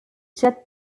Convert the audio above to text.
jet